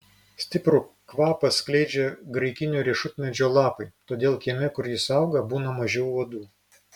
stiprų kvapą skleidžia graikinio riešutmedžio lapai todėl kieme kur jis auga būna mažiau uodų